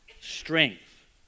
strength